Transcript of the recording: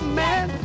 man